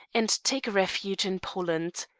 and take refuge in poland.